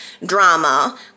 Drama